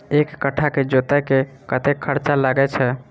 एक कट्ठा केँ जोतय मे कतेक खर्चा लागै छै?